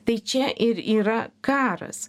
tai čia ir yra karas